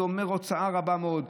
וזה אומר הוצאה רבה מאוד.